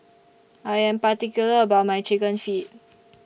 I Am particular about My Chicken Feet